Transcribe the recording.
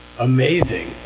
amazing